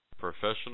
Professional